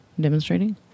demonstrating